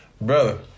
Bro